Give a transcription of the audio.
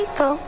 go